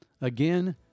again